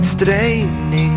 Straining